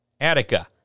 Attica